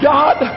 God